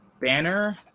banner